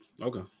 Okay